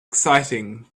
exciting